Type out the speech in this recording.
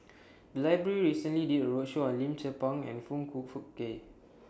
The Library recently did A roadshow on Lim Tze Peng and Foong Fook Kay